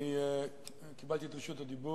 אני קיבלתי את רשות הדיבור